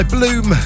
Bloom